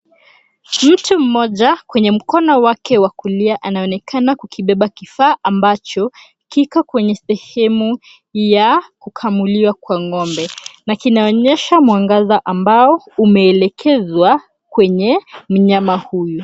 Mtu mmoja kwenye mkono wake wa kulia anaonekana kukibeba kifaa ambacho kiko kwenye sehemu ya kukamuliwa kwa ng'ombe na kinaonyesha mwangaza ambao umeelekezwa kwenye mnyama huyu.